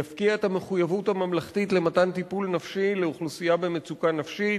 יפקיע את המחויבות הממלכתית למתן טיפול נפשי לאוכלוסייה במצוקה נפשית.